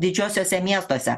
didžiuosiuose miestuose